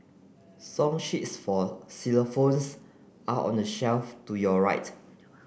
song sheets for are on the shelf to your right